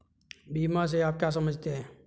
बीमा से आप क्या समझते हैं?